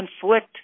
conflict